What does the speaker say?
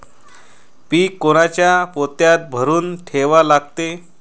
पीक कोनच्या पोत्यात भरून ठेवा लागते?